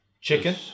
Chicken